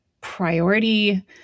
priority